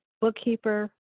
bookkeeper